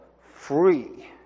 free